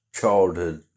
childhood